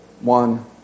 one